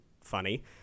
funny